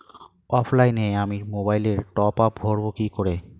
অফলাইনে আমি মোবাইলে টপআপ ভরাবো কি করে?